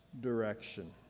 direction